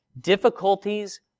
difficulties